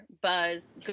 buzz